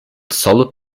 soil